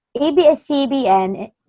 ABS-CBN